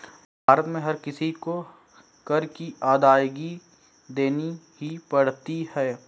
भारत में हर किसी को कर की अदायगी देनी ही पड़ती है